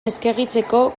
eskegitzeko